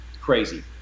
crazy